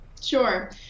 Sure